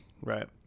Right